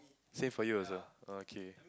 same for you also oh okay